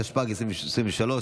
התשפ"ג 2023,